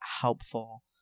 helpful